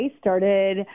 started